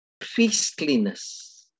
priestliness